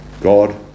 God